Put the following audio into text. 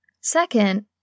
Second